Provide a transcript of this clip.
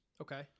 Okay